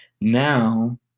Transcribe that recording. Now